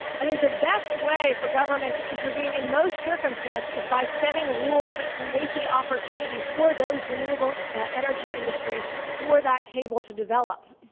i think the best way for government to intervene in most circumstance is by setting rules that create the opportunity for those renewable energy industries for that cable to develop.